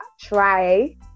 try